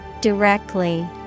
Directly